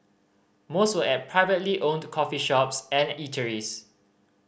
most were at privately owned coffee shops and eateries